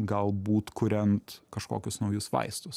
galbūt kuriant kažkokius naujus vaistus